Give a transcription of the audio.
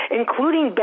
including